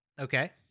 Okay